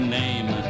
name